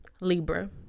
Libra